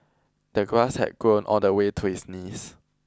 the grass had grown all the way to his knees